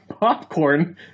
popcorn